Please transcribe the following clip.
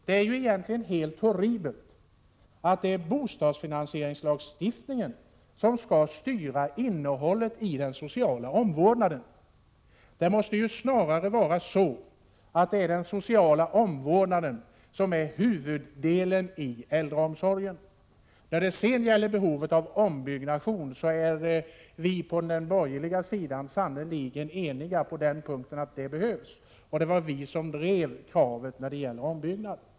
Det är egentligen helt horribelt att bostadsfinansieringslagstiftningen skall styra innehållet i den sociala omvårdnaden. Det borde snarare vara så att den sociala omvårdnaden är huvudsaken i äldreomsorgen. När det sedan gäller behovet av ombyggnation är vi på den borgerliga sidan sannerligen eniga om att det är ett stort behov. Det var också vi som drev kravet på ombyggnad.